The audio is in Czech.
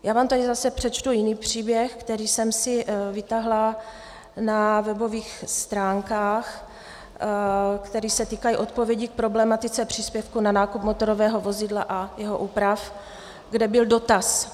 Já vám tady zase přečtu jiný příběh, který jsem si vytáhla na webových stránkách, které se týkají odpovědí k problematice příspěvku na nákup motorového vozidla a jeho úprav, kde byl dotaz: